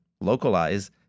localize